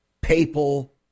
papal